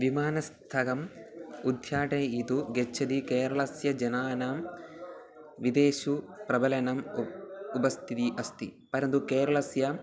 विमानस्थलम् उद्घाटयितुं गच्छति केरळस्य जनानां विदेशेषु प्रबलनम् उच् उपस्थितिः अस्ति परन्तु केरळस्य